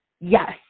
Yes